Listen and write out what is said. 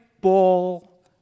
ball